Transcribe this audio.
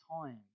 time